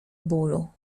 bólu